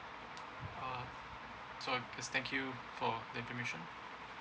uh so~ thank you for the information